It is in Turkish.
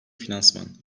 finansman